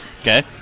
Okay